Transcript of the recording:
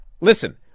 Listen